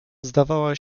zdawała